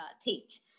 teach